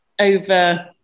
over